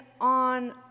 on